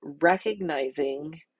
recognizing